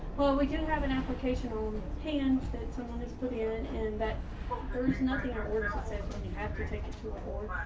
well, we can have an application on hands that someone is putting in and that there is nothing outward as it says when you have to take it to a board,